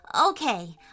Okay